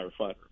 firefighter